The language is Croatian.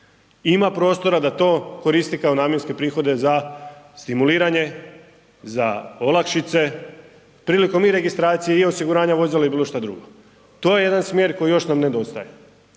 ima prostora da to koristi kao namjenske prihode za stimuliranje, za olakšice prilikom i registracije i osiguranja vozila ili bilo što drugo. To je jedan smjer koji još nam nedostaje.